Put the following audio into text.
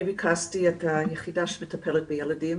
אני ריכזתי את היחידה שמטפלת בילדים.